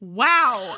wow